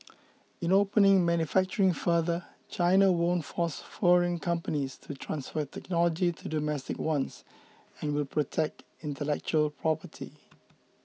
in opening manufacturing further China won't force foreign companies to transfer technology to domestic ones and will protect intellectual property